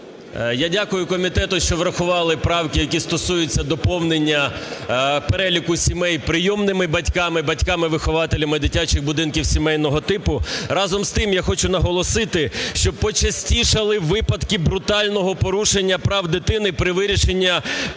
Я дякую комітету, що врахували правки, які стосуються доповнення переліку сімей прийомними батьками, батьками-вихователями дитячих будинків сімейного типу. Разом з тим, я хочу наголосити, що почастішали випадки брутального порушення прав дитини при вирішенні